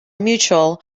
mutual